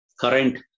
current